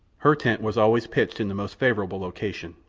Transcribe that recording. her tent was always pitched in the most favourable location.